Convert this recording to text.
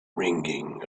ringing